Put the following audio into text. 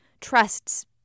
trusts